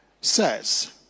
says